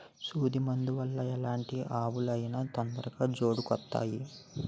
సూదు మందు వల్ల ఎలాంటి ఆవులు అయినా తొందరగా జోడుకొత్తాయి